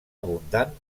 abundant